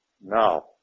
now